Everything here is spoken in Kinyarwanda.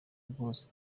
bwose